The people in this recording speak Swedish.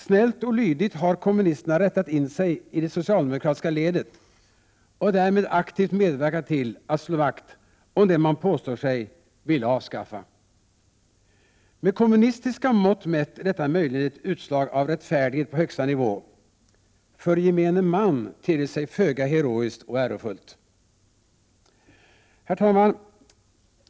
Snällt och lydigt har kommunisterna rättat in sig i det socialdemokratiska ledet och därmed aktivt medverkat till att slå vakt om det de påstår sig vilja avskaffa. Med kommunistiska mått mätt är detta möjligen ett utslag av rättfärdighet på högsta nivå — för gemene man ter det sig föga heroiskt och ärofullt. Herr talman!